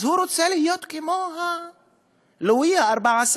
אז הוא רוצה להיות כמו לואי ה-14: